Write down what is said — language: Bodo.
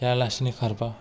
जायालासिनो खारोब्ला